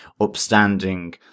upstanding